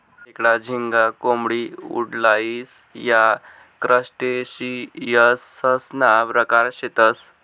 खेकडा, झिंगा, कोळंबी, वुडलाइस या क्रस्टेशियंससना प्रकार शेतसं